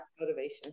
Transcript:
Motivation